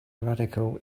radical